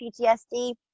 PTSD